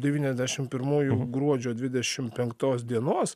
devyniasdešim pirmųjų gruodžio dvidešim penktos dienos